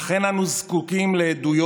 אכן, אין אנו זקוקים לעדויות,